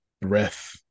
breath